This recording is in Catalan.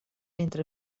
entre